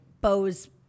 Bo's